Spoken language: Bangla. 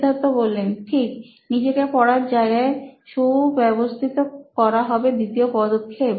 সিদ্ধার্থ ঠিক নিজেকে পড়ার জায়গায় সুব্যবস্থিত করা হবে দ্বিতীয় পদক্ষেপ